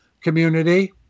community